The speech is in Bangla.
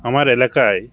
আমার এলাকায়